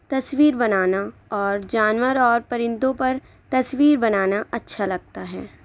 تصویر بنانا اور جانور اور پرندوں پر تصویر بنانا اچھا لگتا ہے